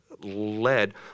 led